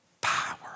power